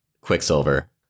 Quicksilver